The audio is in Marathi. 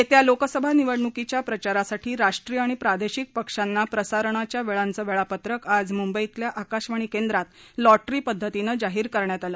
येत्या लोकसभा निवडणुकीच्या प्रचारासाठी राष्ट्रीय आणि प्रादेशिक पक्षांना प्रसारणाच्या वेळांचे वेळापत्रक आज मुंबईतल्या आकाशवाणी केंद्रात लॉटरी पद्धतीनं जाहीर करण्यात आले